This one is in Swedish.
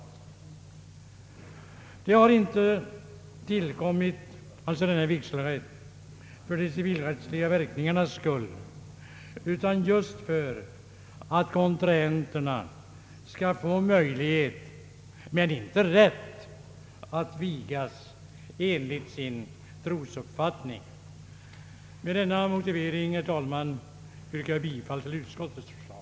Vigselrätten för frikyrkopastorer har inte tillkommit för de civilrättsliga verkningarnas skull, utan just för att kontrahenterna skall få möjlighet — men inte rätt — att vigas enligt sin trosuppfattning. Med denna motivering, herr talman, yrkar jag bifall till utskottets förslag.